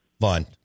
fun